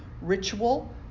ritual